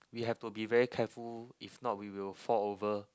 we have to be very careful if not we will fall over